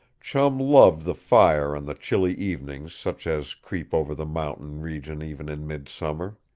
chum loved the fire on the chilly evenings such as creep over the mountain region even in midsummer.